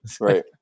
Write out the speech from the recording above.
right